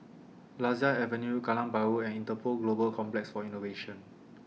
Lasia Avenue Kallang Bahru and Interpol Global Complex For Innovation